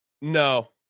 No